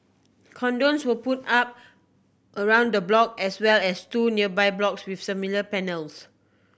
cordons were put up around the block as well as two nearby blocks with similar panels